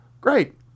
Great